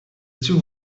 two